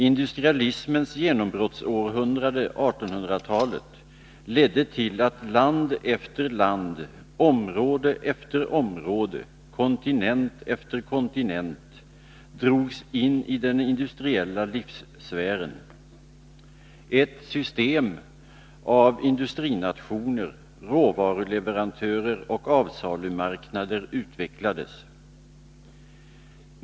Industrialismens genombrottsårhundrade, 1800-talet, ledde till att land efter land, område efter område, kontinent efter kontinent drogs in i den industriella livssfären. Ett system av industrinationer, råvaruleverantörer och avsalumarknader utvecklades.